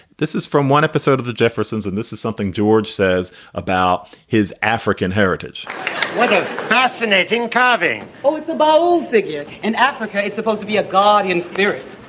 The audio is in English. this is from one episode of the jeffersons. and this is something george says about his african heritage fascinating. kavi, always the ball figure in africa is supposed to be a god in spirit.